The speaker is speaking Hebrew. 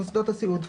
בוקר טוב.